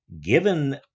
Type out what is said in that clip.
given